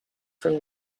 from